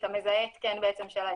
את המזהה של ההתקן.